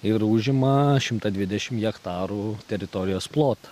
ir užima šimtą dvidešim hektarų teritorijos plotą